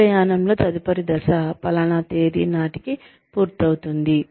ఈ ప్రయాణంలో తదుపరి దశ పలాన తేదీ నాటికి పూర్తవుతుంది